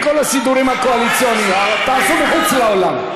את כל הסידורים הקואליציוניים תעשו מחוץ אולם.